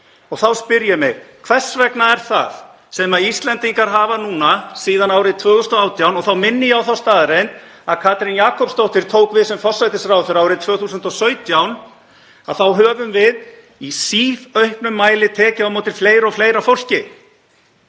Þá spyr ég mig: Hvers vegna er það sem Íslendingar hafa núna síðan árið 2018, og þá minni ég á þá staðreynd að Katrín Jakobsdóttir tók við sem forsætisráðherra árið 2017, í síauknum mæli tekið á móti fleira og fleira fólki,